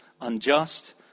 unjust